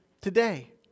today